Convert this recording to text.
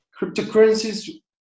cryptocurrencies